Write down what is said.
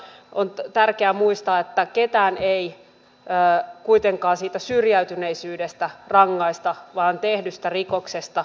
mutta on tärkeää muistaa että ketään ei kuitenkaan siitä syrjäytyneisyydestä rangaista vaan tehdystä rikoksesta